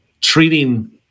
treating